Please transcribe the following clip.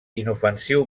inofensiu